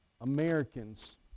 Americans